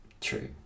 true